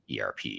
ERP